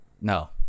No